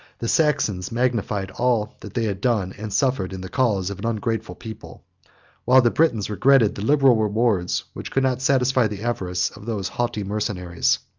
the saxons magnified all that they had done and suffered in the cause of an ungrateful people while the britons regretted the liberal rewards which could not satisfy the avarice of those haughty mercenaries.